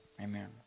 amen